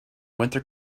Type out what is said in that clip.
winter